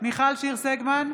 מיכל שיר סגמן,